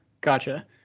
gotcha